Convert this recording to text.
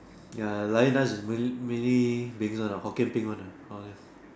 ya lion dance is main mainly bengs one uh Hokkien Peng one uh all this